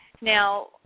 Now